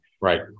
Right